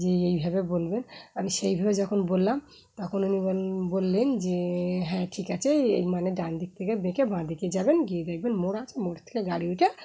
যে এইভাবে বলবেন আমি সেইভাবে যখন বললাম তখন উনি বল বললেন যে হ্যাঁ ঠিক আছে এই মানে ডান দিক থেকে বেঁকে বাঁ দিকে যাবেন গিয়ে দেখবেন মোড় আছে মোড় থেকে গাড়ি ওইটা